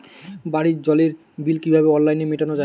বাড়ির জলের বিল কিভাবে অনলাইনে মেটানো যায়?